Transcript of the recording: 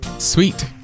Sweet